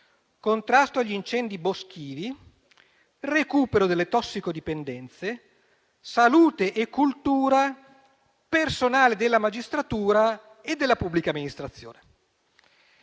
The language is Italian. contrasto agli incendi boschivi, recupero delle tossicodipendenze, salute e cultura, personale della magistratura e della pubblica amministrazione».